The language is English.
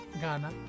Ghana